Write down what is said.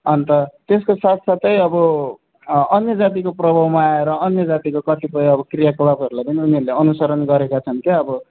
अन्त त्यसको साथ साथै अब अन्य जातिको प्रभावमा आएर अन्य जातिको कतिपय क्रियाकलापहरूलाई पनि उनीहरूले अनुसरण गरेका छन् क्या अब